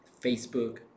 Facebook